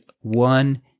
one-